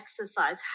exercise